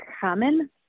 common